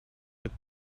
with